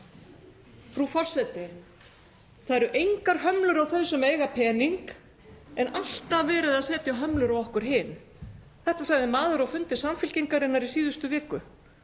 Frú forseti. Það eru engar hömlur á þau sem eiga pening en alltaf verið að setja hömlur á okkur hin. Þetta sagði maður á fundi Samfylkingarinnar í síðustu viku.